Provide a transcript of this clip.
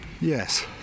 Yes